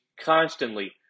constantly